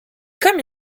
comme